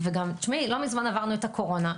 ולא מזמן עברנו את הקורנה.